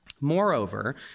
Moreover